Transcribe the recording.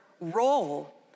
role